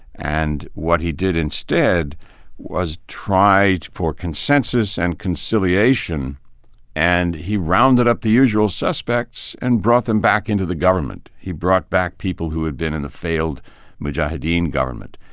and what he did instead was try for consensus and conciliation and he rounded up the usual suspects and brought them back into the government. he brought back people who had been in a failed mujaheddin government.